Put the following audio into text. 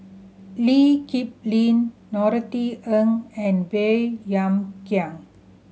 Lee Kip Lin Norothy Ng and Baey Yam Keng